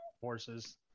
horses